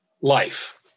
life